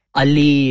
ali